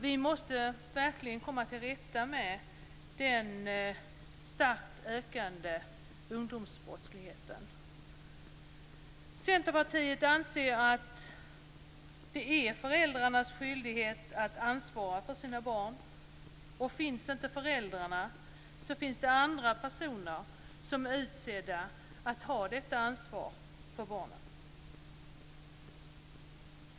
Vi måste verkligen komma till rätta med den starkt ökande ungdomsbrottsligheten. Centerpartiet anser att det är föräldrarnas skyldighet att ansvara för sina barn. Finns inte föräldrarna finns det andra personer som är utsedda att ha detta ansvar för barnen.